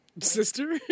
sister